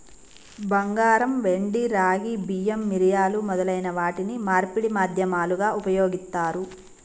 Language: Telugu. బంగారం, వెండి, రాగి, బియ్యం, మిరియాలు మొదలైన వాటిని మార్పిడి మాధ్యమాలుగా ఉపయోగిత్తారు